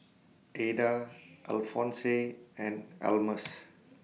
Adah Alphonse and Almus